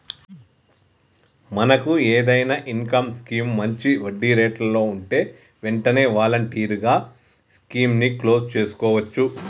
మనకు ఏదైనా income scheme మంచి వడ్డీ రేట్లలో ఉంటే వెంటనే వాలంటరీగా స్కీమ్ ని క్లోజ్ సేసుకోవచ్చు